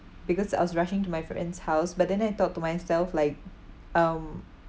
because I was rushing to my friend's house but then I thought to myself like um